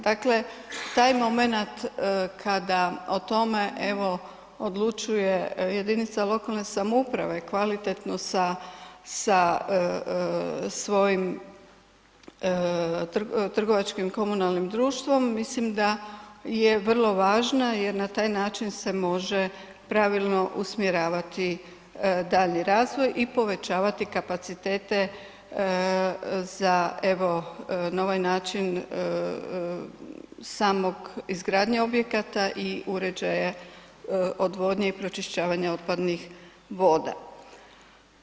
Dakle, taj moment kada o tome, evo, odlučuje lokalne samouprave kvalitetno sa svojim trgovačkim komunalnim društvom, mislim da je vrlo važna jer na taj način se može pravilno usmjeravati daljnji razvoj i povećavati kapacitete za, evo, na ovaj način samog izgradnje objekata i uređaje odvodnje i pročišćavanje otpadnih voda.